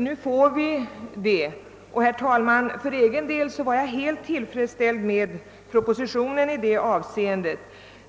Nu får vi det, och jag var för egen del helt tillfredsställd med propositionens förslag i det avseendet.